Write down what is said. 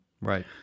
Right